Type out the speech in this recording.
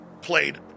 played